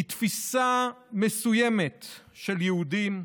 היא תפיסה מסוימת של יהודים,